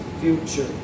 future